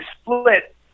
split